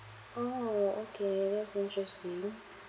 orh okay that's interesting